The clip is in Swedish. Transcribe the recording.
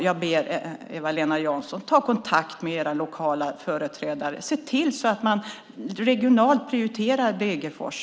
Jag ber Eva-Lena Jansson att ta kontakt med de regionala företrädarna och se till att man regionalt prioriterar Degerfors.